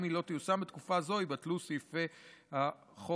אם היא לא תיושם בתקופה זו, יתבטלו סעיפי החוק